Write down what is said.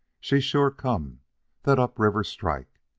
she's sure come the up-river strike.